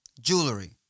jewelry